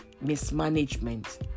mismanagement